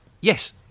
yes